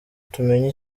tumenye